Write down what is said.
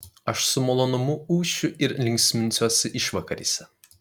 aš su malonumu ūšiu ir linksminsiuosi išvakarėse